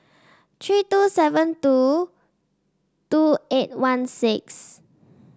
three two seven two two eight one six